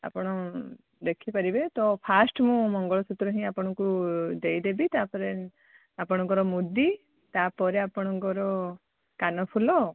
ଆପଣ ଦେଖିପାରିବେ ତ ଫାଷ୍ଟ ମୁଁ ମଙ୍ଗଳସୂତ୍ର ହିଁ ଆପଣଙ୍କୁ ଦେଇ ଦେବି ତା'ପରେ ମୁଦି ତା'ପରେ ଆପଣଙ୍କର କାନଫୁଲ